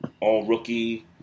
All-Rookie